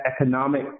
economic